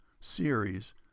series